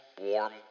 warm